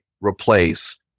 replace